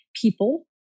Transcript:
people